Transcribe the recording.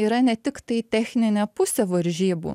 yra ne tiktai techninė pusė varžybų